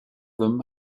them